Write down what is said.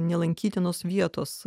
nelankytinos vietos